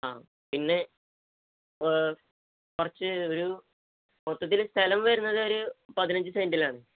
ആ പിന്നെ കുറച്ച് ഒരു മൊത്തത്തില് സ്ഥലം വരുന്നതൊരു പതിനഞ്ച് സെൻറ്റിലാണ്